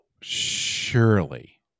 surely